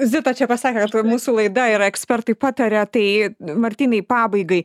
zita čia pasakė kad mūsų laida yra ekspertai pataria tai martynai pabaigai